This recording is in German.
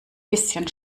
bisschen